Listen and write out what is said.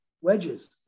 wedges